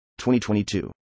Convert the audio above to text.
2022